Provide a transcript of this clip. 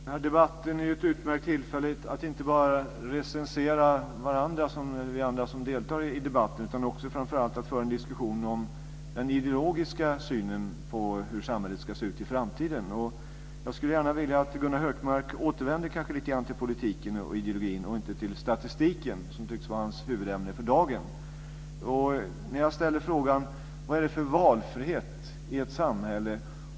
Fru talman! Den här debatten är ett utmärkt tillfälle för deltagarna inte bara att recensera varandra utan också och framför allt att föra en ideologisk diskussion om hur samhället ska se ut i framtiden. Jag skulle gärna vilja att Gunnar Hökmark återvände lite till politiken och ideologin och inte uppehåller sig vid statistiken, som för dagen tycks vara hans huvudämne. Jag vill ställa en fråga om valfriheten i samhället.